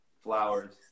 flowers